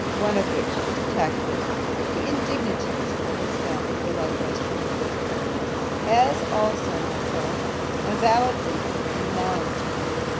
one of which he had detected the indignities all his family were likewise treated with as also, myself avowedly in malice to him,